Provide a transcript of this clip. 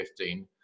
2015